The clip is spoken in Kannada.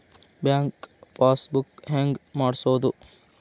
ಬ್ಯಾಂಕ್ ಪಾಸ್ ಬುಕ್ ಹೆಂಗ್ ಮಾಡ್ಸೋದು?